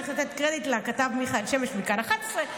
צריך לתת קרדיט לכתב מיכאל שמש מכאן 11,